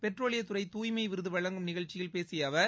பெட்ரோலியத்துறை தூய்மை விருது வழங்கும் நிகழ்ச்சியில் பேசிய அவர்